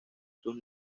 sus